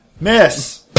Miss